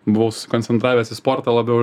buvau susikoncentravęs į sportą labiau